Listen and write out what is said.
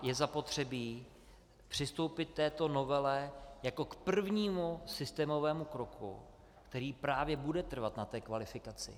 Je zapotřebí přistoupit k této novele jako k prvnímu systémovému kroku, který právě bude trvat na té kvalifikaci.